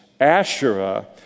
Asherah